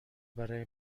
برای